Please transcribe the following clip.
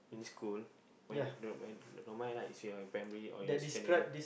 in this school when the when the normal is when you're in primary or you're secondary